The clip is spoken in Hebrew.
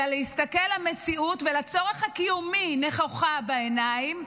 אלא להסתכל על המציאות ועל הצורך הקיומי נכוחה בעיניים,